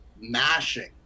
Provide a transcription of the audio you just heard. mashing